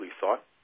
thought